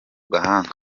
gahanga